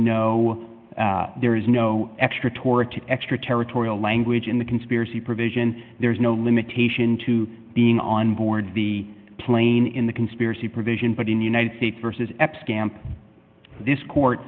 no there is no extra torah to extraterritorial language in the conspiracy provision there is no limitation to being on board the plane in the conspiracy provision but in the united states versus eps camp this court